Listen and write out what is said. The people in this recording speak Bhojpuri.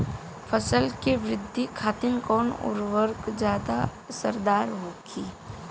फसल के वृद्धि खातिन कवन उर्वरक ज्यादा असरदार होखि?